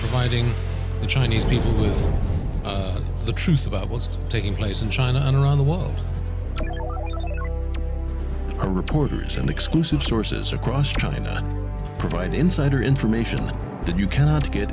finding the chinese people with the truth about what's taking place in china and around the world reporters and exclusive sources across china provide insider information that you cannot get